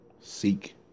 Seek